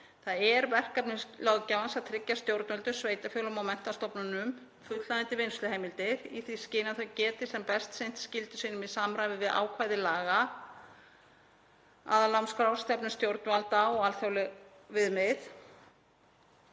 Það er verkefni löggjafans að tryggja stjórnvöldum, sveitarfélögum og menntastofnunum fullnægjandi vinnsluheimildir í því skyni að þau geti sem best sinnt skyldum sínum í samræmi við ákvæði laga, aðalnámskrár, stefnu stjórnvalda og alþjóðleg viðmið.